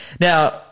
Now